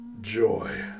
joy